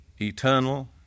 eternal